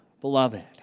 beloved